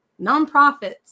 nonprofits